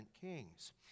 Kings